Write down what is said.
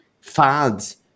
fads